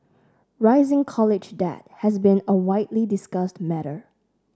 rising college debt has been a widely discussed matter